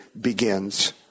begins